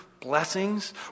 blessings